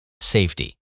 safety